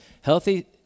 healthy